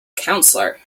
counselor